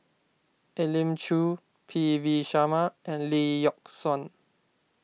Elim Chew P V Sharma and Lee Yock Suan